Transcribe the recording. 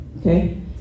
okay